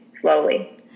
slowly